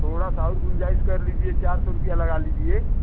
थोड़ा सा और गुंजाइश कर लीजिए चार सौ रुपया लगा लीजिए